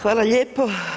Hvala lijepo.